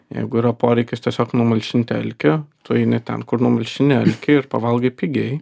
jeigu yra poreikis tiesiog numalšinti alkį tu eini ten kur numalšini alkį ir pavalgai pigiai